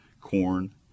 corn